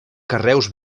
carreus